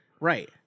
Right